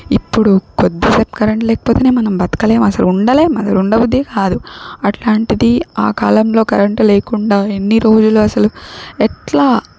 ఇప్పుడు కొద్దిసేపు కరెంట్ లేకపోతేనే మనం బతకలేం అసలు ఉండలేం ఉండబుద్దే కాదు అట్లాంటిది ఆ కాలంలో కరెంట్ లేకుండా ఎన్ని రోజులు అసలు ఎట్లా